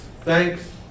Thanks